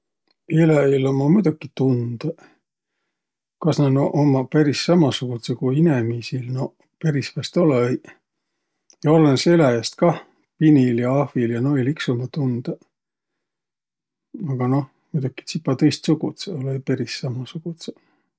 Eläjil ummaq muidoki tundõq. Kas nä no ummaq peris samasugudsõq ku inemiisil? Noq peris vaest olõ-õiq. Ja olõnõs eläjäst kah, pinil ja ahvil ja noil iks ummaq tundõq, aga moh, muidoki tsipa tõistsugudsõq, olõ-õi peris samasugudsõq.